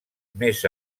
més